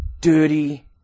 dirty